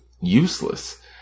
useless